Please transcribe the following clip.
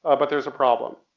ah but there's a problem.